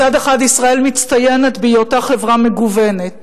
מצד אחד, ישראל מצטיינת בהיותה חברה מגוונת